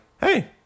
hey